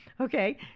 Okay